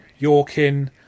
Yorkin